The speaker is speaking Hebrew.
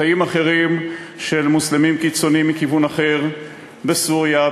ותאים אחרים של מוסלמים קיצונים מכיוון אחר בסוריה,